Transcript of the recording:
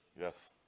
Yes